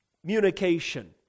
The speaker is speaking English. communication